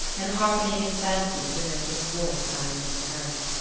and hearkening in fancy to the note of a voice that i had never heard.